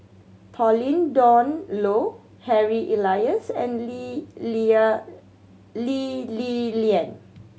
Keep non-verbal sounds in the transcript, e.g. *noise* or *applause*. Pauline Dawn Loh Harry Elias and Lee *unintelligible* Lee Li Lian